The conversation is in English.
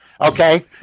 okay